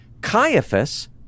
Caiaphas